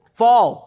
fall